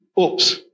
Oops